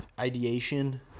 ideation